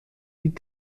die